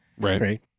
Right